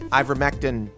ivermectin